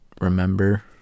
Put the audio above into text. remember